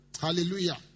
Hallelujah